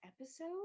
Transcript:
episode